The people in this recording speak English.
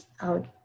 out